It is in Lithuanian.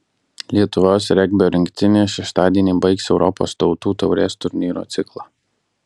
lietuvos regbio rinktinė šeštadienį baigs europos tautų taurės turnyro ciklą